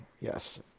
yes